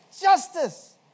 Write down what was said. justice